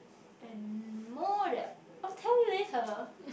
and more that I will tell you later